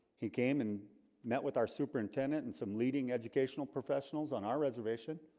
he came and met with our superintendent and some leading educational professionals on our reservation